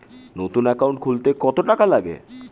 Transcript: নতুন একাউন্ট খুলতে কত টাকা লাগে?